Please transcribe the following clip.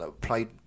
played